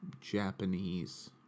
Japanese